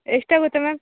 ಎಷ್ಟಾಗುತ್ತೆ ಮ್ಯಾಮ್